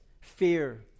fear